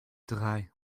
drei